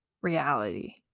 reality